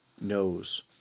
knows